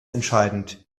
entscheidend